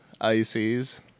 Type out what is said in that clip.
ICs